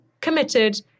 committed